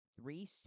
three